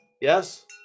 Yes